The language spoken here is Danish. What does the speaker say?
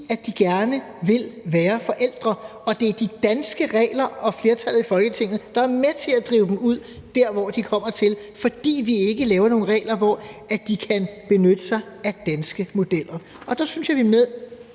de gerne vil være forældre, og det er de danske regler og flertallet i Folketinget, der er med til at drive dem derud, hvor de ender, fordi vi ikke laver nogle regler, hvor de kan benytte sig af danske modeller. Og der synes jeg, vi påtager